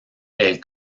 elle